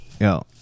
Yo